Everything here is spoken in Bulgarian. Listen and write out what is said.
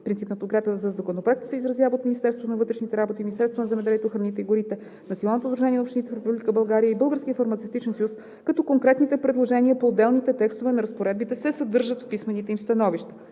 Принципна подкрепа за Законопроекта се изразява от Министерството на вътрешните работи, Министерството на земеделието, храните и горите, Националното сдружение на общините в Република България и Българския фармацевтичен съюз, като конкретните предложения по отделните текстове на разпоредбите се съдържат в писмените им становища.